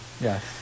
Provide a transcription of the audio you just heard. Yes